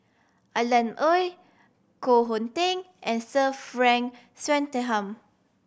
Alan Oei Koh Hong Teng and Sir Frank Swettenham